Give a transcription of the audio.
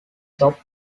shop